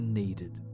needed